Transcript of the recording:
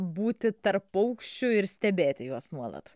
būti tarp paukščių ir stebėti juos nuolat